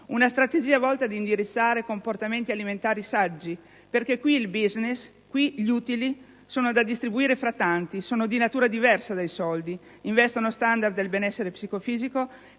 una strategia volta ad indirizzare comportamenti alimentari saggi perché qui il *business*, gli utili sono da distribuire tra tanti; sono di natura diversa dai soldi, investono standard del benessere psicofisico